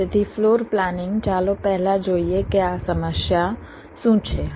તેથી floor planning ચાલો પહેલા જોઈએ કે આ સમસ્યા શું છે